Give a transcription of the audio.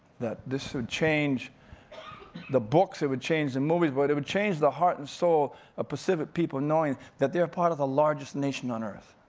that this would change the books, it would change the movies, but it would change the heart and soul of ah pacific people, knowing that they're part of the largest nation on earth.